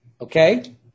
okay